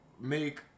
make